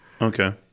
Okay